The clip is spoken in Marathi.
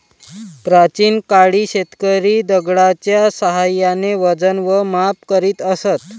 प्राचीन काळी शेतकरी दगडाच्या साहाय्याने वजन व माप करीत असत